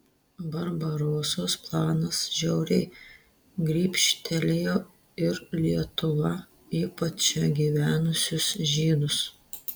barbarosos planas žiauriai grybštelėjo ir lietuvą ypač čia gyvenusius žydus